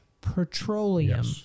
petroleum